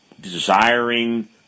desiring